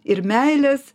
ir meilės